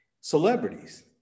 celebrities